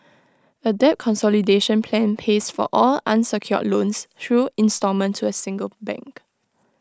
A debt consolidation plan pays for all unsecured loans through instalment to A single bank